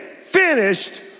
finished